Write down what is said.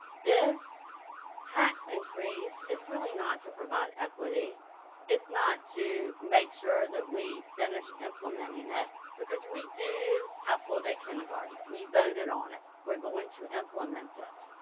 this tax increase is really not to provide equity it's not to make sure that we finished implementing it because we do have full day kindergarten. we voted on it we're going to it.